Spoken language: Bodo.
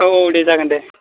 औ औ दे जागोन दे